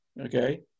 okay